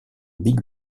big